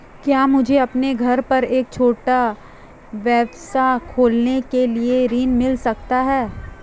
क्या मुझे अपने घर पर एक छोटा व्यवसाय खोलने के लिए ऋण मिल सकता है?